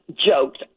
joked